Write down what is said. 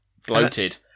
Floated